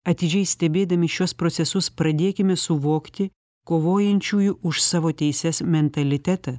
atidžiai stebėdami šiuos procesus pradėkime suvokti kovojančiųjų už savo teises mentalitetą